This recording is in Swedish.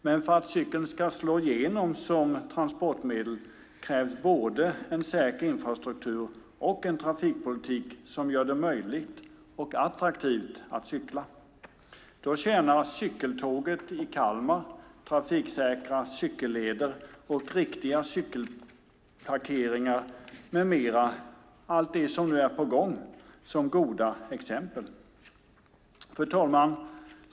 Men för att cykeln ska slå igenom som transportmedel krävs både en säker infrastruktur och en trafikpolitik som gör det möjligt och attraktivt att cykla. Då tjänar cykeltåget i Kalmar, trafiksäkra cykelleder, riktiga cykelparkeringar med mera, allt det som nu är på gång, som goda exempel. Fru talman!